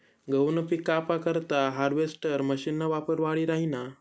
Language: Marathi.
गहूनं पिक कापा करता हार्वेस्टर मशीनना वापर वाढी राहिना